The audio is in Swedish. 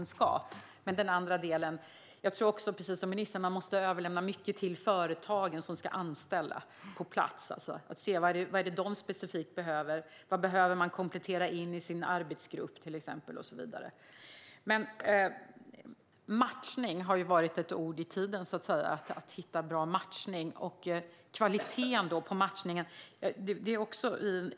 När det gäller den andra delen tror jag precis som ministern att man måste överlämna mycket till företagen som ska anställa och se vad de behöver specifikt på plats - vad man till exempel behöver komplettera in i sin arbetsgrupp och så vidare. Matchning har ju varit ett ord i tiden. Det har talats om att hitta bra matchning och om kvaliteten på matchningen.